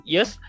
Yes